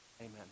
Amen